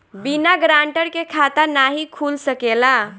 बिना गारंटर के खाता नाहीं खुल सकेला?